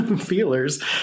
feelers